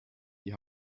die